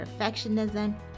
perfectionism